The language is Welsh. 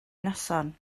noson